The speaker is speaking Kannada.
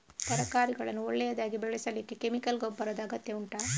ತರಕಾರಿಗಳನ್ನು ಒಳ್ಳೆಯದಾಗಿ ಬೆಳೆಸಲಿಕ್ಕೆ ಕೆಮಿಕಲ್ ಗೊಬ್ಬರದ ಅಗತ್ಯ ಉಂಟಾ